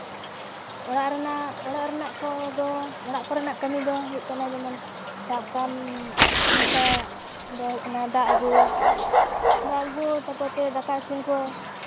ᱚᱲᱟᱜ ᱨᱮᱱᱟᱜ ᱚᱲᱟᱜ ᱨᱮᱱᱟᱜ ᱠᱚᱫᱚ ᱚᱲᱟᱜ ᱠᱚᱨᱮᱱᱟᱜ ᱠᱟᱹᱢᱤ ᱫᱚ ᱦᱩᱭᱩᱜ ᱠᱟᱱᱟ ᱡᱮᱢᱚᱱ ᱥᱟᱵ ᱠᱟᱜ ᱟᱢ ᱱᱚᱝᱠᱟ ᱫᱚ ᱦᱩᱭᱩᱜ ᱠᱟᱱᱟ ᱫᱟᱜ ᱟᱹᱜᱩ ᱫᱟᱜ ᱟᱹᱜᱩ ᱛᱟᱯᱚᱛᱮ ᱫᱟᱠᱟ ᱤᱥᱤᱱ ᱠᱚ